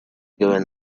going